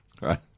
Right